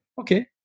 okay